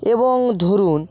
এবং ধরুন